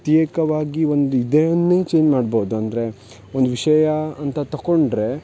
ಪ್ರತ್ಯೇಕವಾಗಿ ಒಂದು ಇದನ್ನೇ ಚೇಂಜ್ ಮಾಡ್ಬೌದು ಅಂದರೆ ಒಂದು ವಿಷಯ ಅಂತ ತಕೊಂಡರೆ